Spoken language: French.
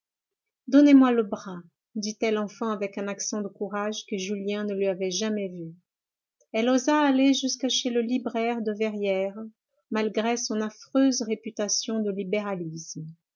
donnez-moi le bras dit-elle enfin avec un accent de courage que julien ne lui avait jamais vu elle osa aller jusque chez le libraire de verrières malgré son affreuse réputation de libéralisme